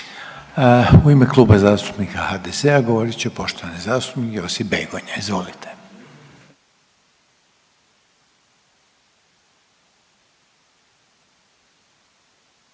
U ime Kluba zastupnika HDZ-a govorit će poštovani zastupnik Josip Begonja. Izvolite.